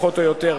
פחות או יותר,